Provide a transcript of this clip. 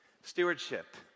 stewardship